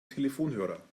telefonhörer